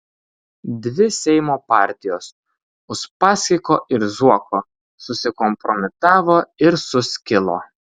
dvi seimo partijos uspaskicho ir zuoko susikompromitavo ir suskilo